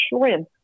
shrimp